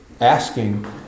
asking